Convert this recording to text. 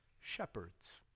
shepherds